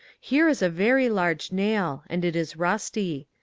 here is a very large nail, and it is rusty.